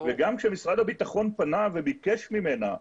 וגם כשמשרד הביטחון פנה וביקש ממנה,